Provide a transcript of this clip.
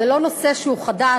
זה נושא שהוא לא חדש,